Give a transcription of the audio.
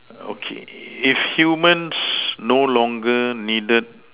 okay if humans no longer needed